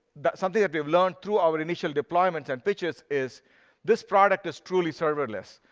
but something that we've learned through our initial deployment and purchase is this product is truly serverless.